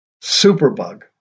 superbug